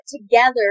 together